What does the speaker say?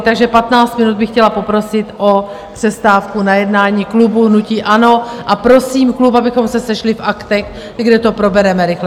Takže 15 minut bych chtěla poprosit o přestávku na jednání klubu hnutí ANO a prosím klub, abychom se sešli v Aktech, kde to probereme rychle.